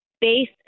base